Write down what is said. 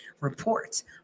reports